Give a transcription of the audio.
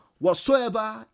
whatsoever